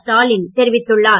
ஸ்டாலின் தெரிவித்துள்ளார்